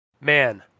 man